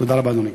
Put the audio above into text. תודה רבה, אדוני.